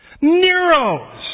Nero's